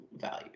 value